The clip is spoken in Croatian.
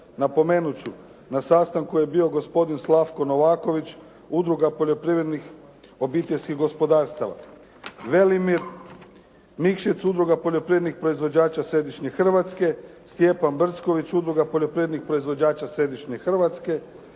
Napomenut ću, na sastanku je bio gospodin Slavko Novaković, Udruga poljoprivrednih obiteljskih gospodarstava. Velimir Mikšec, Udruga poljoprivrednih proizvođača središnje Hrvatske. Stjepan Brcković, Udruga poljoprivrednih proizvođača središnje Hrvatske.